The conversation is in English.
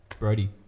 Brody